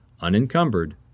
unencumbered